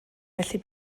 felly